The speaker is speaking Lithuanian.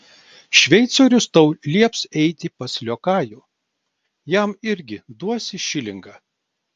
šveicorius tau lieps eiti pas liokajų jam irgi duosi šilingą